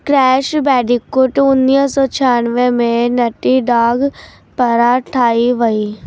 crash Bandicoot उणीवीह सौ छियानवें में नटी डॉग पारां ठाही वई